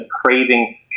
craving